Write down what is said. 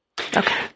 Okay